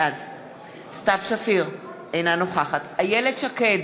בעד סתיו שפיר, אינה נוכחת איילת שקד,